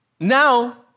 Now